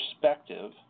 perspective